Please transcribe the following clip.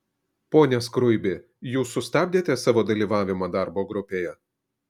pone skruibi jūs sustabdėte savo dalyvavimą darbo grupėje